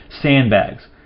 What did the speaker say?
Sandbags